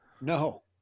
No